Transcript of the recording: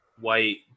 white